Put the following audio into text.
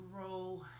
grow